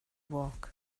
walk